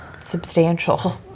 substantial